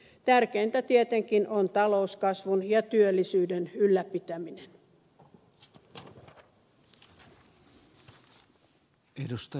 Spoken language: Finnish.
tärkeintä tietenkin on talouskasvun ja työllisyyden ylläpitäminen